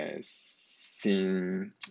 seen